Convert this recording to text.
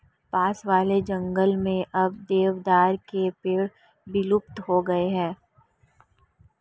पास वाले जंगल में अब देवदार के पेड़ विलुप्त हो गए हैं